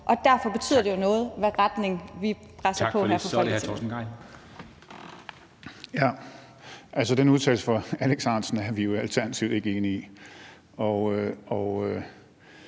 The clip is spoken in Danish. og derfor betyder det jo noget, hvilken retning vi presser på for at